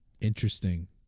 interesting